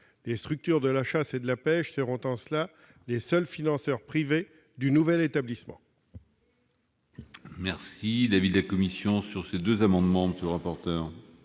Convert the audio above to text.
Les structures de la chasse et de la pêche seront ainsi les seuls financeurs privés du nouvel établissement.